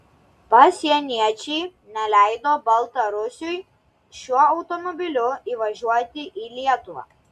pasieniečiai neleido baltarusiui šiuo automobiliu įvažiuoti į lietuvą